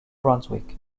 brunswick